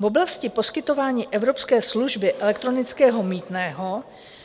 V oblasti poskytování evropské služby elektronického mýtného